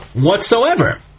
whatsoever